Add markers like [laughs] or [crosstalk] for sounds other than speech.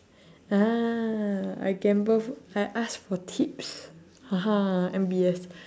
ah I gamble fr~ I ask for tips [laughs] N_B_S